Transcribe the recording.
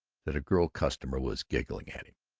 that a girl customer was giggling at him.